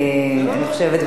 אני חושבת,